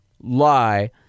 lie